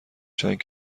چند